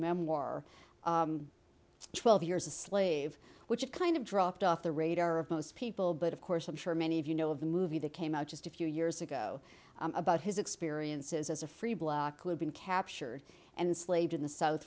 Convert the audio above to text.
memoir twelve years a slave which is kind of dropped off the radar of most people but of course i'm sure many of you know of the movie that came out just a few years ago about his experiences as a free block who had been captured and slaves in the south